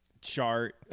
chart